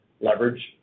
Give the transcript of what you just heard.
leverage